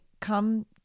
come